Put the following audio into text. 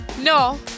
No